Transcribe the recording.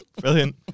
Brilliant